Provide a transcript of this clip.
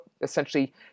essentially